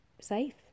safe